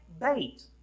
bait